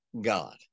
God